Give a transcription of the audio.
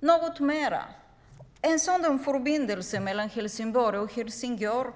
Vidare kommer en sådan förbindelse mellan Helsingborg och Helsingör